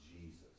Jesus